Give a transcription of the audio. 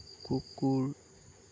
কুকুৰ